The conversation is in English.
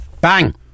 Bang